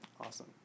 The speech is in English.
Awesome